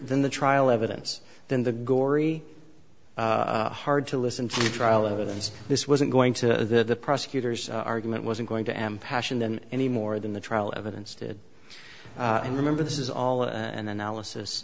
than the trial evidence than the gory hard to listen to the trial evidence this wasn't going to prosecutors argument wasn't going to am passion then any more than the trial evidence did and remember this is all an analysis